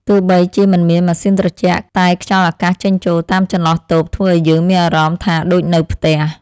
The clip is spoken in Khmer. ទោះបីជាមិនមានម៉ាស៊ីនត្រជាក់តែខ្យល់អាកាសចេញចូលតាមចន្លោះតូបធ្វើឱ្យយើងមានអារម្មណ៍ថាដូចនៅផ្ទះ។